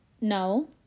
No